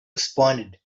responded